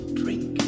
drink